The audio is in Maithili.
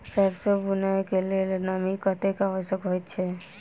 सैरसो बुनय कऽ लेल नमी कतेक आवश्यक होइ छै?